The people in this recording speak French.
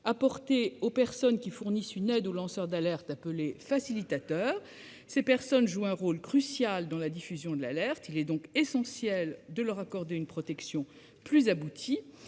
apportée aux personnes qui fournissent une aide aux lanceurs d'alerte, appelées « facilitateurs ». Ces personnes jouent un rôle crucial dans la diffusion de l'alerte. Il est donc essentiel de leur accorder une protection plus aboutie.